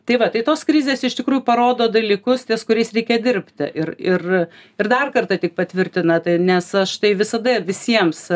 tai va tai tos krizės iš tikrųjų parodo dalykus ties kuriais reikia dirbti ir ir ir dar kartą tik patvirtina tai nes aš tai visadan ir visiems